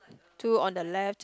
two on the left